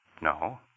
No